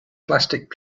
plastic